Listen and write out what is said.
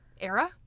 Era